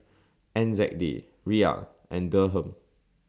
N Z D Riyal and Dirham